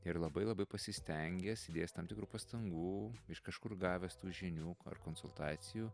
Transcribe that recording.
ir labai labai pasistengęs įdėjęs tam tikrų pastangų iš kažkur gavęs tų žinių ar konsultacijų